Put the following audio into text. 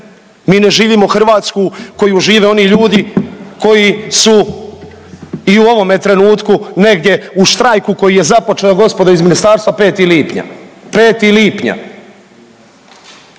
mi ne živimo Hrvatsku koju žive oni ljudi koji su i u ovome trenutku negdje u štrajku koji je započeo gospodo iz ministarstva 5. lipnja, 5. lipnja.